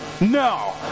No